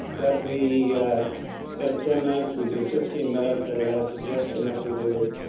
that we instead of ten minutes we do fifteen minutes. i've had a suggestion that we do